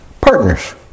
Partners